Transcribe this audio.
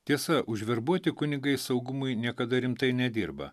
tiesa užverbuoti kunigai saugumui niekada rimtai nedirba